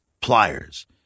pliers